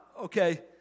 okay